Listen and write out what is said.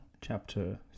chapter